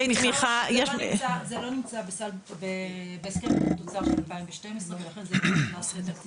זה לא נמצא בהסכם בריאות תוצר של 2012 ולכן זה לא נכנס לתקציב